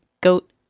goat